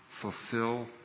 fulfill